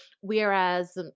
Whereas